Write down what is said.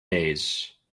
days